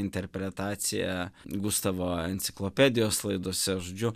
interpretacija gustavo enciklopedijos laidose žodžiu